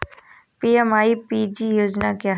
PMEPG योजना क्या है?